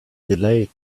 delayed